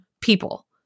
people